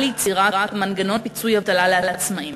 ליצירת מנגנון פיצוי אבטלה לעצמאים.